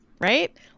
right